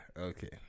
Okay